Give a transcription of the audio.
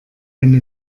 eine